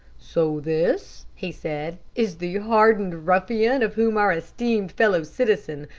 so this, he said, is the hardened ruffian of whom our esteemed fellow citizen,